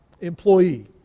employee